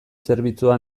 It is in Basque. zerbitzua